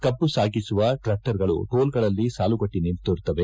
ಕಬ್ಬು ಸಾಗಿಸುವ ಟ್ರಾಕ್ಷರ್ ಗಳು ಟೋಲ್ಗಳಲ್ಲಿ ಸಾಲುಗಟ್ಟ ನಿಂತಿರುತ್ತವೆ